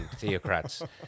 theocrats